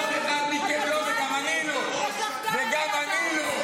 אף אחד מכם לא, וגם אני לא.